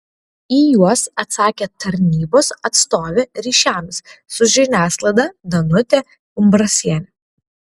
į juos atsakė tarnybos atstovė ryšiams su žiniasklaida danutė umbrasienė